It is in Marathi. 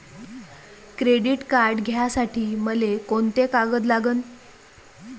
क्रेडिट कार्ड घ्यासाठी मले कोंते कागद लागन?